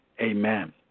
Amen